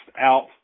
out